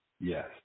Yes